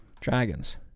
Dragons